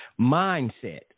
mindset